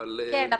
אבל -- כן,